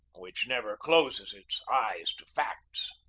which never closes its eyes to facts.